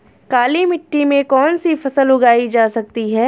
काली मिट्टी में कौनसी फसल उगाई जा सकती है?